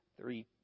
three